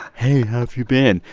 hey, how've you been?